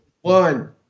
One